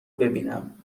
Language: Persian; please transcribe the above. ببینم